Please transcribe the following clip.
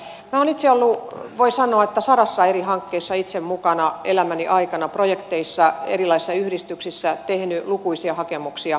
minä olen itse ollut voi sanoa sadassa eri hankkeessa mukana elämäni aikana projekteissa erilaisissa yhdistyksissä tehnyt lukuisia hakemuksia